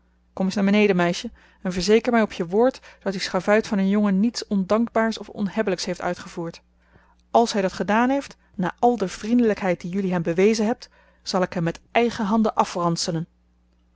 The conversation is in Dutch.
kom eens naar beneden meisje en verzeker mij op je woord dat die schavuit van een jongen niets ondankbaars of onhebbelijks heeft uitgevoerd als hij dat gedaan heeft na al de vriendelijkheid die jullie hem bewezen hebt zal ik hem met mijn eigen handen afranselen